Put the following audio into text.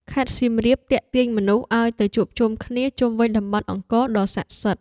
ខេត្តសៀមរាបទាក់ទាញមនុស្សឱ្យទៅជួបជុំគ្នាជុំវិញតំបន់អង្គរដ៏ស័ក្តិសិទ្ធិ។